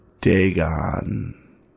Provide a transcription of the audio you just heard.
Dagon